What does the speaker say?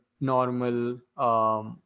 normal